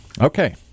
Okay